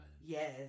Yes